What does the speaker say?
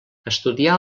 estudià